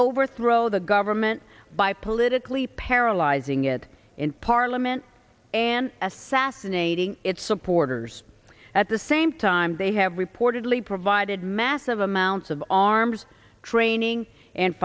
overthrow the government by politically paralyzing it in parliament and assassinating its supporters at the same time they have reportedly provided massive amounts of arms training and